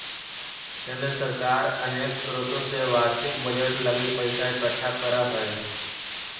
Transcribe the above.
केंद्र सरकार अनेक स्रोत से वार्षिक बजट लगी पैसा इकट्ठा करऽ हई